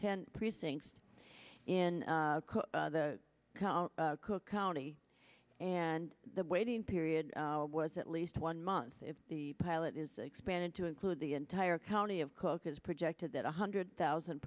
ten precincts in the cook county and the waiting period was at least one month if the pilot is expanded to include the entire county of cook as projected that one hundred thousand